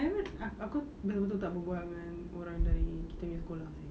I would aku betul-betul tak berbual dengan orang dari kita punya sekolah